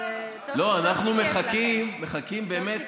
מה קרה לך?